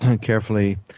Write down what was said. carefully